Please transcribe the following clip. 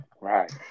right